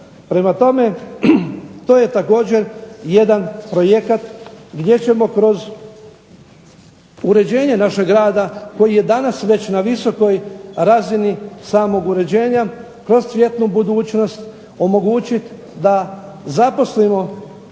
Prema tome, to je također jedan projekat gdje ćemo kroz uređenje našeg grada koji je danas već na visokoj razini samog uređenja kroz cvjetnu budućnost omogućiti da zaposlimo